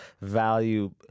value